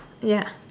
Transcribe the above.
ya